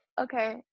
okay